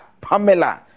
Pamela